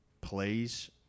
plays